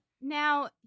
Now